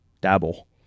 dabble